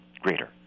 Greater